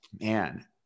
Man